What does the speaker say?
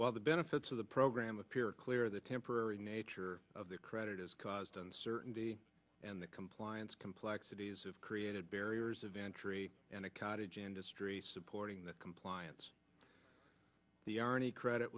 while the benefits of the program appear clear the temporary nature of the credit has caused uncertainty and the compliance complexities of created barriers of entry in a cottage industry supporting the compliance the irony credit